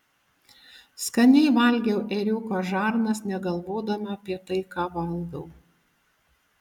skaniai valgiau ėriuko žarnas negalvodama apie tai ką valgau